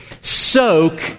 soak